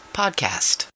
podcast